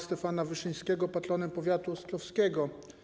Stefana Wyszyńskiego patronem powiatu ostrowskiego.